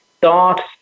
thoughts